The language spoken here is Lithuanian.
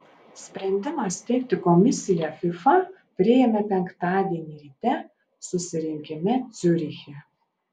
sprendimą steigti komisiją fifa priėmė penktadienį ryte susirinkime ciuriche